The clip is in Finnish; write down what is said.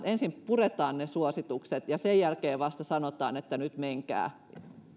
ensin puretaan ne suositukset ja sen jälkeen vasta sanotaan että nyt menkää